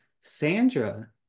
Sandra